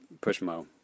Pushmo